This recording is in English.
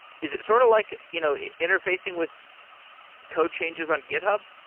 is it sort of like you know interfacing with code changes on github?